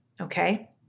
okay